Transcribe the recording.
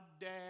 dad